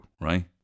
Right